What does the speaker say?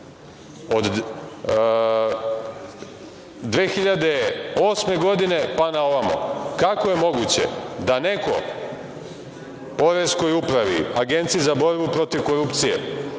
od 2008. godine, pa na ovamo kako je moguće da neko Poreskoj upravi, Agenciji za borbi protiv korupcije